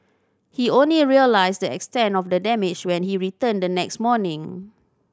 he only realised the extent of the damage when he returned the next morning